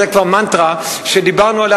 זה כבר מנטרה שדיברנו עליה,